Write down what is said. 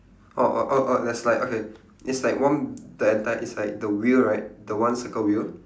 orh orh orh orh there's like okay it's like one the enti~ it's like the wheel right the one circle wheel